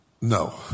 No